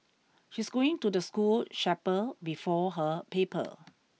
she's going to the school chapel before her paper